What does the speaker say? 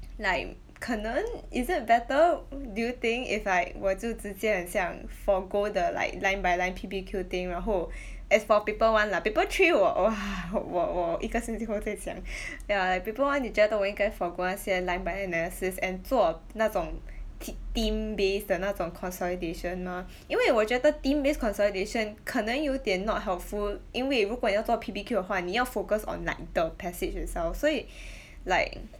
like 可能 is it better um do you think if like 我就直接很像 forgo the like line by line P_B_Q thing 然后 as for paper one lah paper three 我哇我我一个星期后在讲 ya like paper one 你觉得我应该 forgo 那些 line by line analysis and 做那种 ki~ theme based 的那种 consolidation mah 因为我觉得 theme based consolidation 可能有点 not helpful 因为如果要做 P_B_Q 的话你要 focus on like the passage itself 所以 like